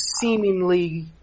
seemingly